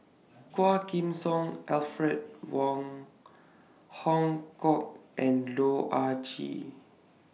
Quah Kim Song Alfred Wong Hong Kwok and Loh Ah Chee